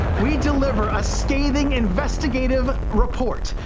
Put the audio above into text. we deliver a scathing investigative report.